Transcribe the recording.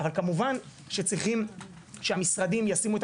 אבל כמובן שצריכים שהמשרדים ישימו את